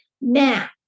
Now